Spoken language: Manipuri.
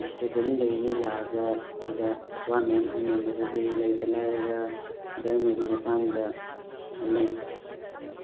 ꯗꯤꯁꯇ꯭ꯔꯤꯛ ꯈꯨꯗꯤꯡꯗꯒꯤ ꯃꯤ ꯂꯥꯛꯑꯒ ꯁꯤꯗ ꯋꯥ ꯃꯌꯥꯝ ꯈꯟꯅꯩ ꯃꯗꯨꯗꯤ ꯂꯩꯇ ꯂꯥꯏꯔꯥ ꯙꯔꯃꯒꯤ ꯃꯇꯥꯡꯗ ꯈꯟꯅꯩ